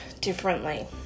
differently